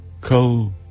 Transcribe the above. coal